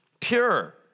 pure